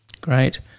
Great